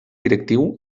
directiu